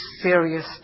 serious